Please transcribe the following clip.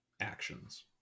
actions